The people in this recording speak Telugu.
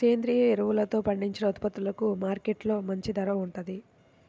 సేంద్రియ ఎరువులతో పండించిన ఉత్పత్తులకు మార్కెట్టులో మంచి ధర వత్తందంట